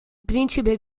principe